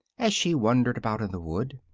as she wandered about in the wood,